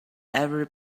every